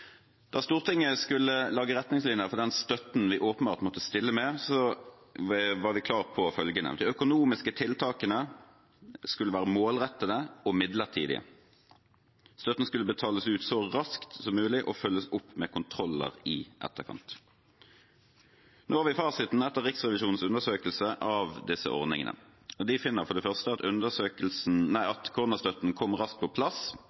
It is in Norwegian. Da Stortinget skulle lage retningslinjer for den støtten vi åpenbart måtte stille med, var vi klare på følgende: De økonomiske tiltakene skulle være målrettede og midlertidige. Støtten skulle betales ut så raskt som mulig og følges opp med kontroller i etterkant. Nå har vi fasiten etter Riksrevisjonens undersøkelse av disse ordningene. De finner for det første at koronastøtten kom raskt på plass